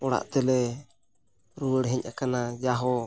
ᱚᱲᱟᱜ ᱛᱮᱞᱮ ᱨᱩᱣᱟᱹᱲ ᱦᱮᱡ ᱟᱠᱟᱱᱟ ᱡᱟᱦᱳ